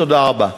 תודה רבה.